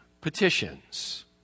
petitions